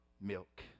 milk